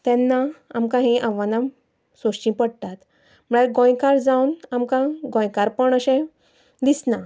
तेन्ना आमकां हीं आव्हानां सोंसचीं पडटात म्हणल्यार गोंयकार जावन आमकां गोंयकारपण अशें दिसना